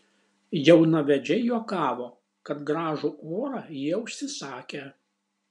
jaunavedžiai juokavo kad gražų orą jie užsisakę